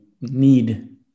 need